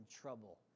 trouble